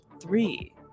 three